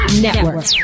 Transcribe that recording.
Network